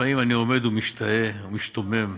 לפעמים אני עומד ומשתאה, משתומם,